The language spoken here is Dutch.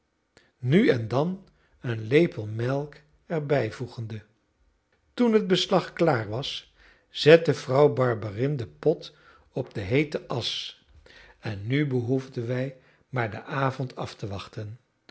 nu en dan een lepel melk er bijvoegende toen het beslag klaar was zette vrouw barberin den pot op de heete asch en nu behoefden wij maar den avond af te wachten